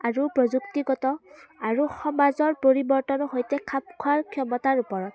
আৰু প্ৰযুক্তিগত আৰু সমাজৰ পৰিৱৰ্তনৰ সৈতে খাপ খোৱাৰ ক্ষমতাৰ ওপৰত